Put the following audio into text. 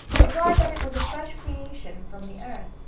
replied that it was a fresh creation from the earth.